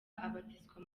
abatizwa